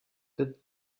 the